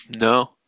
No